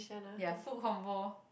ya food combo